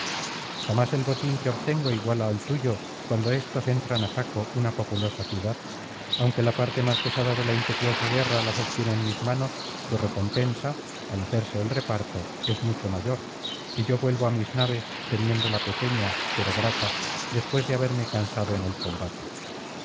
jamás el botín que obtengo iguala al tuyo cuando éstos entran á saco una populosa ciudad aunque la parte más pesada de la impetuosa guerra la sostienen mis manos tu recompensa al hacerse el reparto es mucho mayor y yo vuelvo á mis naves teniéndola pequeña pero grata después de haberme cansado en el combate